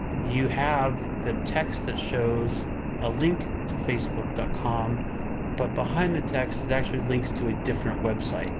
you have the text that shows a link to facebook dot com but behind the text it actually links to a different website